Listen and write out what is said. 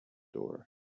door